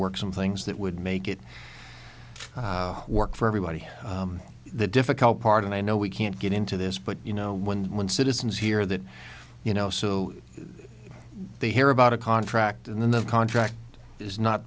work some things that would make it work for everybody the difficult part and i know we can't get into this but you know when when citizens hear that you know so they hear about a contract and then the contract is not